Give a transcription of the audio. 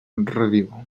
reviu